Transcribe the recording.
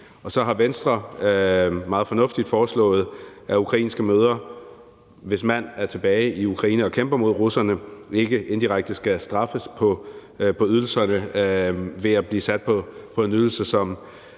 Så har Venstre meget fornuftigt foreslået, at ukrainske mødre, hvis mænd er tilbage i Ukraine og kæmper mod russerne, ikke indirekte skal straffes på ydelserne ved at blive sat på en ydelse, som